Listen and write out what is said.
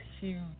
huge